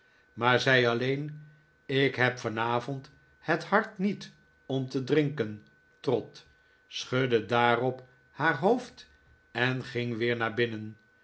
maar zei alleen ik heb vanavond het hart niet om te drinken trot schudde daarop haar hoofd en ging weer naar binnen